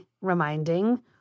reminding